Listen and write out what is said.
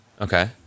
Okay